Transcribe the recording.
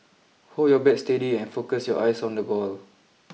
hold your bat steady and focus your eyes on the ball